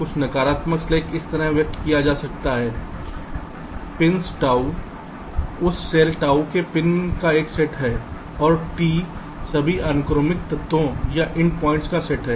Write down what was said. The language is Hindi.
कुल नकारात्मक स्लैक इस तरह व्यक्त किया जा सकता है पिंस ताऊ एक सेल ताऊ के पिंस का एक सेट है और T सभी अनुक्रमिक तत्वों या एंडपॉइंट्स का सेट है